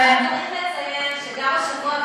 כדאי לציין שגם השבוע,